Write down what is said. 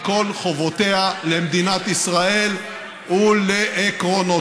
כל חובותיה למדינת ישראל ולעקרונותיה.